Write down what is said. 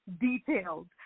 detailed